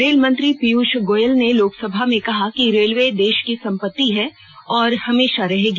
rail मंत्री पीयूष गोयल ने लोकसभा में कहा कि रेलवे देश की सम्पत्ति है और हमेशा रहेगी